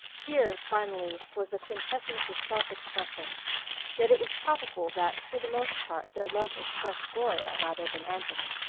here, finally, was the quintessence of self-expression yet it was probable that for the most part their love expressed gloria rather than anthony.